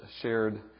shared